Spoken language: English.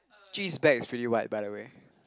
Jun-Yi's back is pretty wide by the way